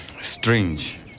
Strange